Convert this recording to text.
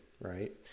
right